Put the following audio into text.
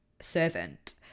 servant